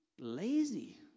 lazy